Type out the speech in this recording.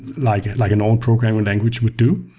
like like an old programmer language would do,